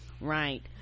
right